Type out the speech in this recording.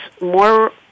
more